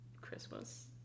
Christmas